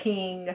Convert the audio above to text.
King